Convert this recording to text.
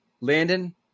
Landon